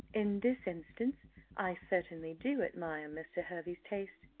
in this instance i certainly do admire mr. hervey's taste,